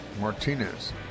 Martinez